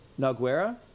Naguera